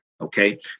okay